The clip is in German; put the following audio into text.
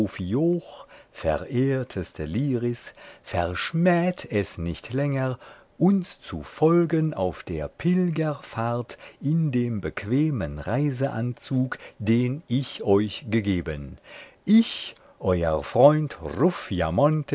verehrteste liris verschmäht es nicht länger uns zu folgen auf der pilgerfahrt in dem bequemen reiseanzug den ich euch gegeben ich euer freund